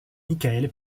michael